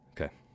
Okay